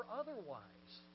otherwise